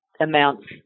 amounts